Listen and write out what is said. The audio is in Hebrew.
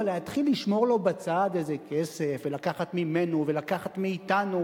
אבל להתחיל לשמור לו בצד איזה כסף ולקחת ממנו ולקחת מאתנו,